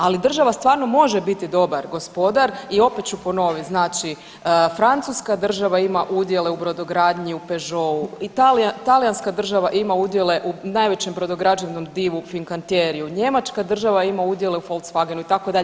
Ali, država stvarno može biti dobar gospodar i opet ću ponoviti, znači francuska država ima udjele u brodogradnji u Peugeotu, Italija, talijanska država ima udjele u najvećem brodograđevnom divu Fincantieriju, njemačka država ima udjele u Volkswagenu, itd.